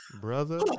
brother